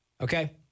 Okay